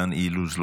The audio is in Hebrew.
דן אילוז,